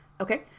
Okay